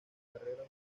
carrera